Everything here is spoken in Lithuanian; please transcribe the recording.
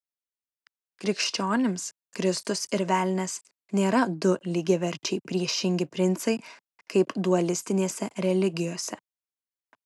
krikščionims kristus ir velnias nėra du lygiaverčiai priešingi princai kaip dualistinėse religijose